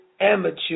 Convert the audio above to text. amateur